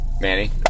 Manny